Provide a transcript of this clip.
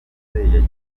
yagiye